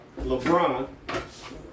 LeBron